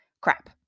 crap